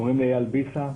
קוראים לי אייל בסה,